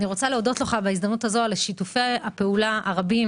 בהזדמנות הזו אני רוצה להודות לך על שיתופי הפעולה הרבים